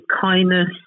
kindness